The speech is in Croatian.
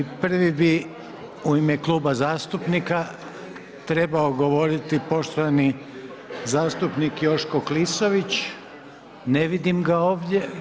Prvi bi u ime Kluba zastupnika trebao govoriti poštovani zastupnik Joško Klisović, ne vidim ga ovdje.